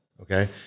Okay